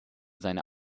seine